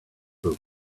book